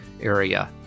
area